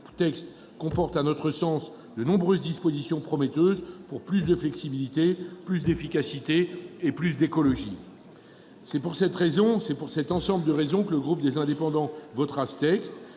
le texte comporte, à notre sens, de nombreuses dispositions prometteuses, pour plus de flexibilité, plus d'efficacité et plus d'écologie. Pour cet ensemble de raisons, le groupe Les Indépendants le votera.